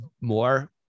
more